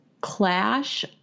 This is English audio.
clash